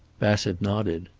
bassett nodded.